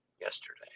yesterday